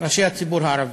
ראשי הציבור הערבי.